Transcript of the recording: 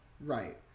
right